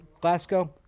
glasgow